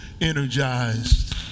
energized